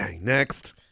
Next